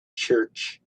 church